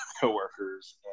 coworkers